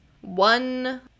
one